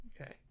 okay